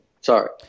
Sorry